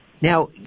Now